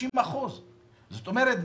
50%. זאת אומרת,